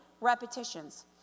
repetitions